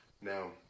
Now